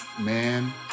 man